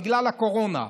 בגלל הקורונה.